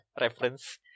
reference